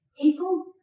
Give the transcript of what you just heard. people